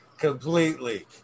completely